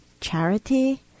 charity